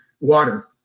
water